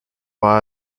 war